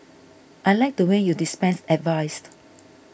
I liked the way you dispensed advice